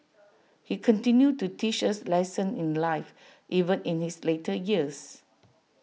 he continued to teach us lessons in life even in his later years